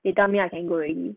they tell me I can go already